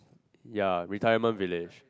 ya retirement village